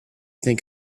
think